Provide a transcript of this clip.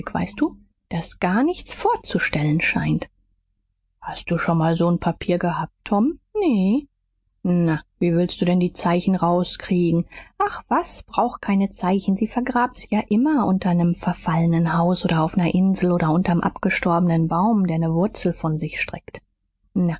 weißt du das gar nichts vorzustellen scheint hast du schon mal so n papier gehabt tom nee na wie willst du denn die zeichen rauskriegen ach was brauch keine zeichen sie vergraben's ja immer unter nem verfallnen haus oder auf ner insel oder unter nem abgestorbenen baum der ne wurzel von sich streckt